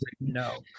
no